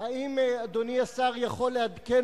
האם אדוני השר יכול לעדכן,